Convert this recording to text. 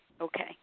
Okay